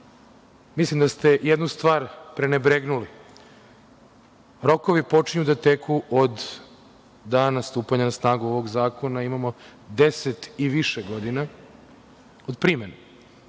mislim da ste jednu stvar prenebregnuli. Rokovi počinju da teku od dana stupanja na snagu ovog zakona, imamo deset i više godina od primene,